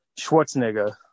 Schwarzenegger